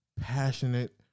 passionate